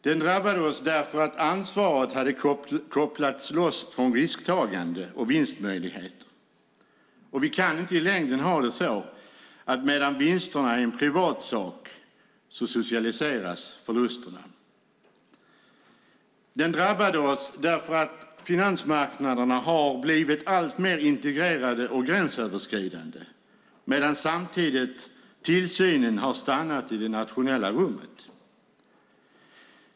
Den drabbade oss därför att ansvaret hade kopplats loss från risktagande och vinstmöjligheter. Vi kan inte i längden ha det så att medan vinsterna är en privatsak socialiseras förlusterna. Finanskrisen drabbade oss därför att finansmarknaderna har blivit alltmer integrerade och gränsöverskridande medan tillsynen har stannat i det nationella rummet.